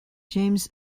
james